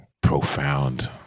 profound